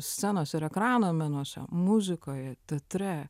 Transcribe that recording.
scenos ir ekrano menuose muzikoje teatre